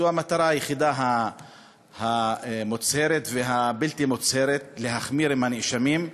זו המטרה היחידה המוצהרת והבלתי-מוצהרת: להחמיר עם הנאשמים.